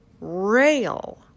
rail